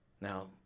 Now